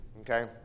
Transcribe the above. Okay